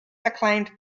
acclaimed